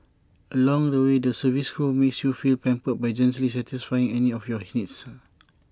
along the way the service crew makes you feel pampered by gently satisfying any of your needs